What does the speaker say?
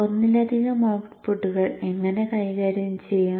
ഒന്നിലധികം ഔട്ട്പുട്ടുകൾ എങ്ങനെ കൈകാര്യം ചെയ്യാം